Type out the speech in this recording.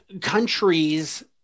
countries